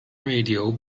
radio